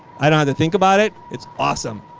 i don't have to think about it. it's awesome.